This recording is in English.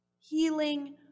Healing